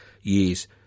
years